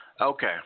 Okay